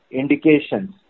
indications